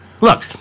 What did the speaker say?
Look